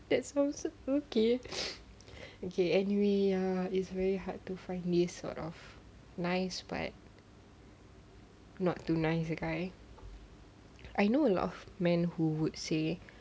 that's sounds okay okay anyway ya it's very hard to find these sort of nice but not too nice guy I know a lot of man who would say